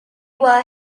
were